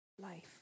life